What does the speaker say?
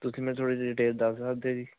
ਤੁਸੀਂ ਮੈਨੂੰ ਥੋੜ੍ਹੀ ਜਿਹੀ ਡਿਟੇਲ ਦੱਸ ਸਕਦੇ ਜੀ